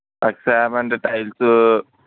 లక్షా యాభై అండి టైల్సు